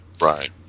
Right